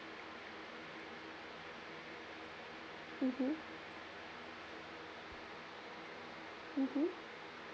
mmhmm mmhmm